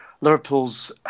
Liverpool's